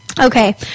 Okay